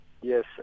yes